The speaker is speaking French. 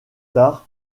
tard